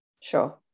sure